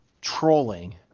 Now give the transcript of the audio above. trolling